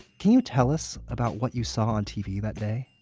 can you tell us about what you saw on tv that day?